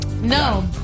no